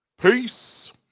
Peace